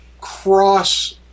cross